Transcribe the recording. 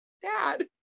dad